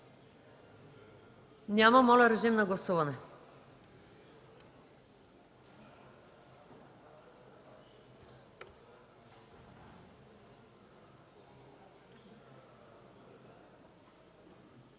Няма. Моля, режим на гласуване.